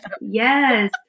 Yes